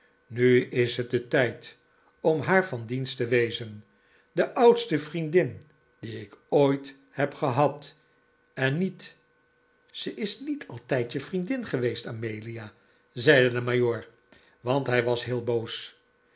nu is het de tijd om haar van dienst te wezen de oudste vriendin die ik ooit heb gehad en niet ze is niet altijd je vriendin geweest amelia zeide de majoor want hij was heel boos